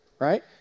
Right